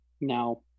now